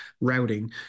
routing